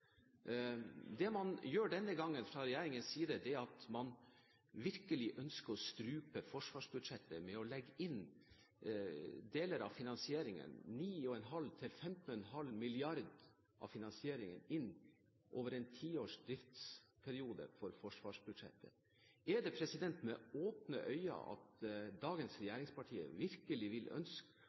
Det man gjør denne gangen fra regjeringens side, er at man virkelig ønsker å strupe forsvarsbudsjettet ved å legge inn deler av finansieringen – 9,5 mrd. kr–15,5 mrd. kr – over en tiårs driftsperiode for forsvarsbudsjettet. Er det med åpne øyne at dagens regjeringspartier virkelig vil ønske